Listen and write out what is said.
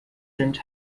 sind